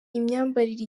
imyambarire